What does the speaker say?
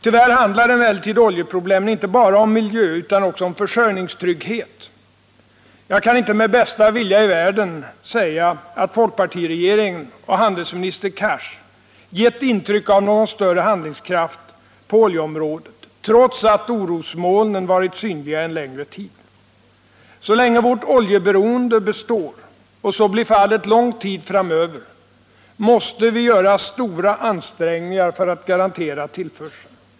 Tyvärr handlar emellertid oljeproblemen inte bara om miljö utan också om försörjningstrygghet. Jag kan inte med bästa vilja i världen säga att folkpartiregeringen och handelsminister Cars gett intryck av någon större handlingskraft på oljeområdet, trots att orosmolnen varit synliga en längre tid. Så länge vårt oljeberoende består — och så blir fallet lång tid framöver — måste vi göra stora ansträngningar för att garantera tillförseln.